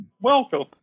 welcome